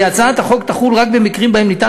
כי הצעת החוק תחול רק במקרים שבהם אפשר